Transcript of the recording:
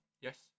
Yes